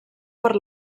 per